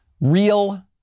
Real